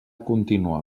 contínua